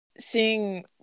Seeing